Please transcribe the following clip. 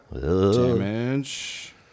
damage